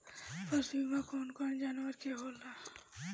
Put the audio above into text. पशु बीमा कौन कौन जानवर के होला?